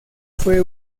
fue